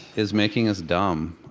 is making us dumb.